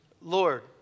Lord